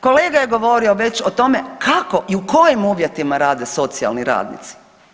Kolega je govorio već o tome kako i u kojim uvjetima rade socijalni radnici.